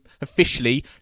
officially